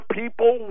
people